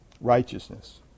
righteousness